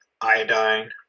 iodine